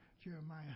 Jeremiah